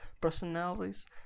personalities